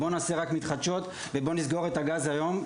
נעשה רק מתחדשות ונסגור את הגז היום,